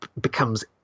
becomes